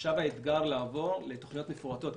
עכשיו האתגר הוא לעבור לתוכניות מפורטות,